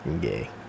gay